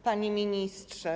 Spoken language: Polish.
Panie Ministrze!